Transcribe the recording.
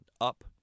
up